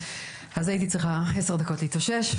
הייתי צריכה עשר דקות להתאושש,